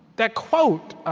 that quote